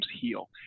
heal